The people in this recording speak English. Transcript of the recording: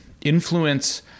influence